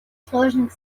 сложных